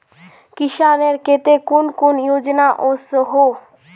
किसानेर केते कुन कुन योजना ओसोहो?